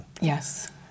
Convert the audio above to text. Yes